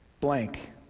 blank